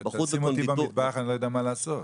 שים אותי במטבח, אני לא יודע מה לעשות.